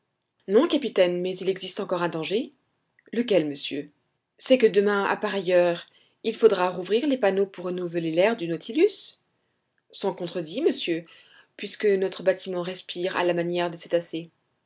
non capitaine mais il existe encore un danger lequel monsieur c'est que demain à pareille heure il faudra rouvrir les panneaux pour renouveler l'air du nautilus sans contredit monsieur puisque notre bâtiment respire à la manière des cétacés